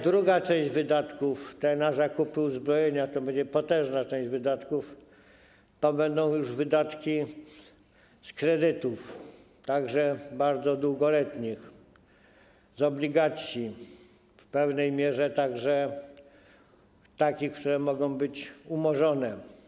Druga część wydatków, tych na zakup uzbrojenia, będzie potężna i będą to już wydatki z kredytów, także bardzo długoletnich, z obligacji, w pewnej mierze także takich, które mogą być umorzone.